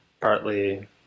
partly